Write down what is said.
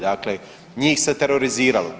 Dakle, njih se teroriziralo.